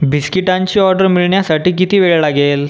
बिस्किटांची order मिळण्यासाठी किती वेळ लागेल